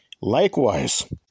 Likewise